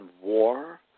war